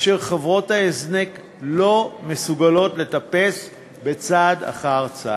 אשר חברות ההזנק לא מסוגלות לטפס בה צעד אחר צעד.